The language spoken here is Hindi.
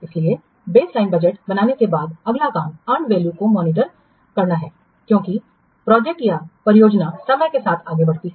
इसलिए बेसलाइन बजट बनाने के बाद अगला काम अर्न वैल्यू को मॉनिटर करना है क्योंकि प्रोजेक्ट या परियोजनासमय के साथ आगे बढ़ती है